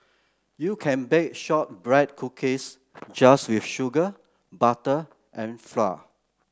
you can bake shortbread cookies just with sugar butter and flour